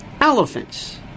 elephants